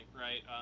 right